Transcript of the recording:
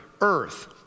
earth